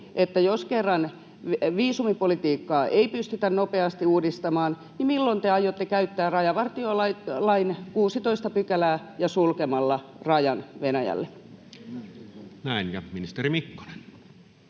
nyt: jos kerran viisumipolitiikkaa ei pystytä nopeasti uudistamaan, niin milloin te aiotte käyttää rajavartiolain 16 §:ää sulkemalla rajan Venäjälle? [Speech 399] Speaker: Toinen